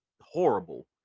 horrible